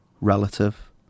Relative